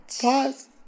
pause